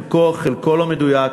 חלק לא מדויק,